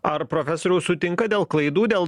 ar profesoriau sutinkat dėl klaidų dėl